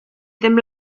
ddim